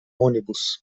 ônibus